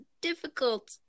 difficult